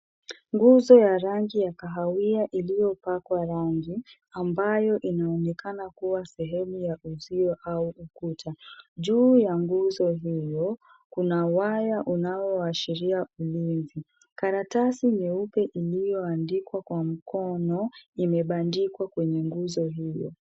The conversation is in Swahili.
Nguzo ya rangi ya kahawia iliyopakwa rangi ambayo inaonekana kuwa sehemu ya uzio au ukuta. Juu ya nguzo hiyo, kuna waya unaoashiria ulinzi. Karatasi nyeupe iliyoandikwa kwa mkono imebandikwa kwenye nguzo hilo.